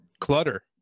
clutter